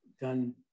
done